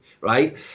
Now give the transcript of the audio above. right